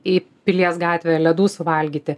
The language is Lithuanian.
į pilies gatvę ledų suvalgyti